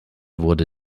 wurde